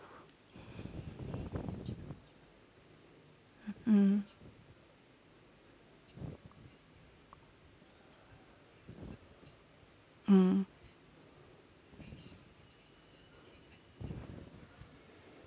mm mm